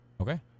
Okay